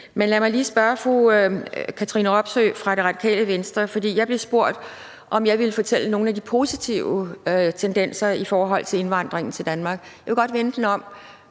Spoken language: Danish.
lad mig lige spørge fru Katrine Robsøe fra Det Radikale Venstre om noget, for jeg blev spurgt, om jeg ville fortælle om nogle af de positive tendenser i forhold til indvandringen til Danmark. Jeg vil godt vende den om: